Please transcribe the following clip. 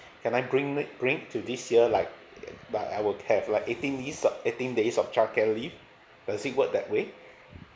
can I bring it bring it to this year like uh like I would have like eighteen leave like eighteen days of childcare leave does it work that way